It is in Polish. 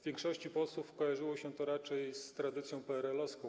Większości posłów kojarzyło się to raczej z tradycją PRL-owską.